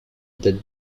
datent